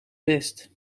best